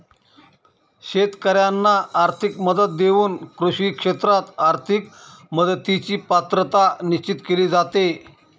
शेतकाऱ्यांना आर्थिक मदत देऊन कृषी क्षेत्रात आर्थिक मदतीची पात्रता निश्चित केली जाते